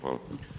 Hvala.